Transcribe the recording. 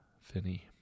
Finney